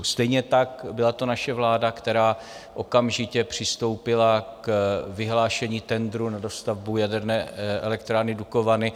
Stejně tak to byla naše vláda, která okamžitě přistoupila k vyhlášení tendru na dostavbu Jaderné elektrárny Dukovany.